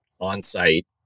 on-site